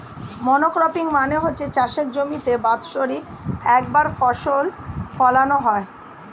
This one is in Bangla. মনোক্রপিং মানে হচ্ছে যখন চাষের জমিতে বাৎসরিক একবার ফসল ফোলানো হয়